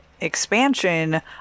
expansion